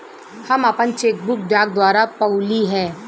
हम आपन cheque book डाक द्वारा पउली है